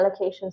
allocations